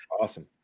Awesome